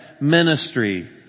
ministry